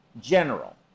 General